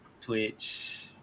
twitch